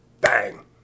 Bang